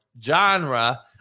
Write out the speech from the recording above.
genre